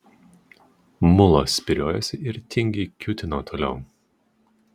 mulas spyriojosi ir tingiai kiūtino toliau